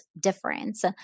difference